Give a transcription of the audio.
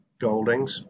Goldings